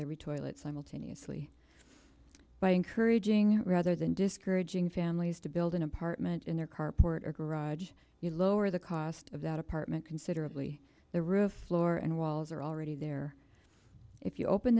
every toilet simultaneously by encouraging rather than discouraging families to build an apartment in your carport or garage you lower the cost of that apartment considerably the roof floor and walls are already there if you open